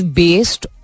based